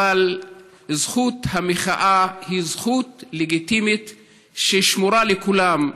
אבל זכות המחאה היא זכות לגיטימית ששמורה לכולם.